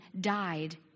died